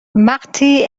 وقتی